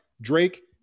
Drake